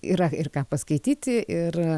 yra ir ką paskaityti ir